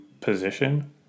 position